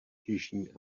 jižní